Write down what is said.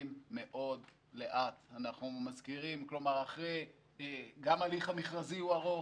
מאוד לאט גם ההליך המכרזי הוא ארוך,